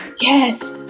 Yes